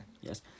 Yes